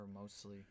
mostly